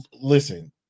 listen